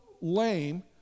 lame